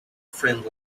friend